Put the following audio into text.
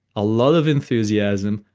a lot of enthusiasm,